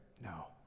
No